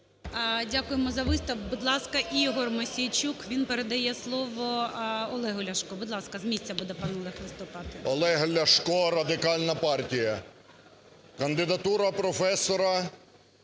Дякуємо за виступ. Будь ласка, Ігор Мосійчук. Він передає слово Олегу Ляшку. Будь ласка, з місця буде пан Олег виступати. 13:44:06 ЛЯШКО О.В. Олег Ляшко, Радикальна партія. Кандидатура професора,